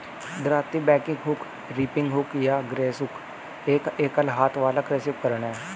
दरांती, bagging hook, reaping hook या grass hook एक एकल हाथ वाला कृषि उपकरण है